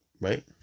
right